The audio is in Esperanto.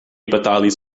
batalis